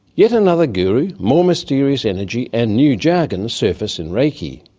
yet another guru, more mysterious energy and new jargon surface in reiki.